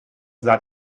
that